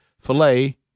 filet